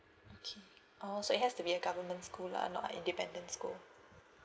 okay oh so it has to be an government school lah not independent school